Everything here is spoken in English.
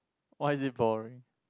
why is it boring